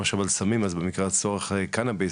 מסוג המקומות שאתה בא,